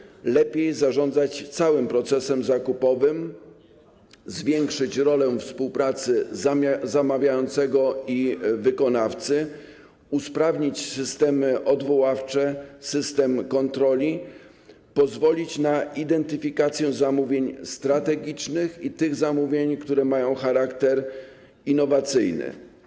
Chodzi o to, by lepiej zarządzać całym procesem zakupowym, zwiększyć rolę współpracy zamawiającego i wykonawcy, usprawnić systemy odwoławcze, system kontroli., pozwolić na identyfikację zamówień strategicznych i tych zamówień, które mają charakter innowacyjny.